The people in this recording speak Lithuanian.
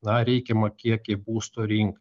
na reikiamą kiekį būsto rink